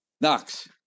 knocks